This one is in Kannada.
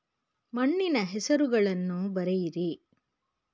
ಮಣ್ಣಿನ ಹೆಸರುಗಳನ್ನು ಬರೆಯಿರಿ